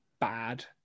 bad